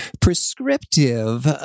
prescriptive